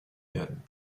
werden